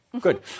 Good